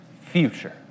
future